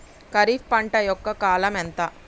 ఖరీఫ్ పంట యొక్క కాలం ఎంత?